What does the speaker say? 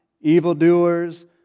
evildoers